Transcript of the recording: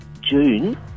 June